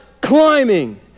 climbing